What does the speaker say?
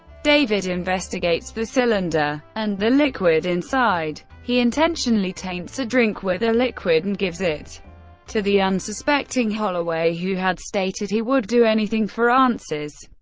david investigates the cylinder and the liquid inside. he intentionally taints a drink with the liquid and gives it to the unsuspecting holloway, who had stated he would do anything for answers.